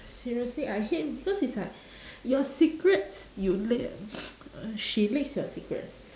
seriously I hate because it's like your secrets you leak uh she leaks your secrets